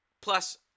Plus